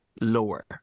lower